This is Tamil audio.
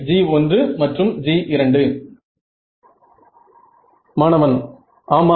G1 மற்றும் G2 மாணவன் ஆமாம்